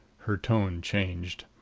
her tone changed.